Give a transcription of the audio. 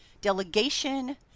delegation